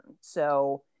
So-